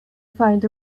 find